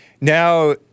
Now